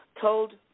told